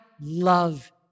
love